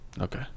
Okay